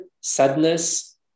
sadness